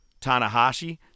Tanahashi